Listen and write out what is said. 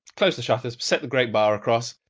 close the shutters. set the great bar across.